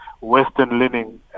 Western-leaning